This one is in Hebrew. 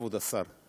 כבוד השר,